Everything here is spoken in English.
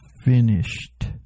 finished